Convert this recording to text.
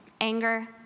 Anger